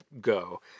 go